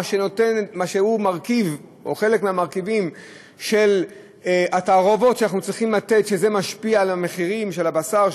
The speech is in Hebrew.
שהיא חלק מהמרכיבים של התערובות שאנחנו צריכים וזה משפיע על מחירי הבשר,